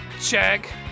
Check